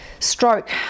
Stroke